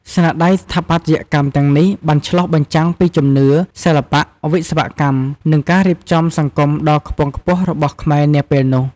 ស្នាដៃស្ថាបត្យកម្មទាំងនេះបានឆ្លុះបញ្ចាំងពីជំនឿ សិល្បៈ វិស្វកម្ម និងការរៀបចំសង្គមដ៏ខ្ពង់ខ្ពស់របស់ខ្មែរនាពេលនោះ។